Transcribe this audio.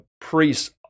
priests